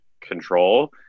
control